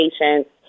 patients